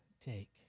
take